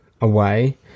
away